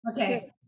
Okay